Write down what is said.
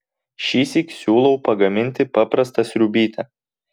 šįsyk siūlau pagaminti paprastą sriubytę